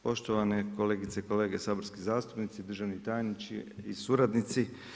Poštovane kolegice i kolege, saborski zastupnici, državni tajniče i suradnici.